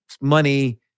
money